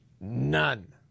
none